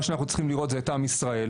מה שאנו צריכים לראות זה את עם ישראל,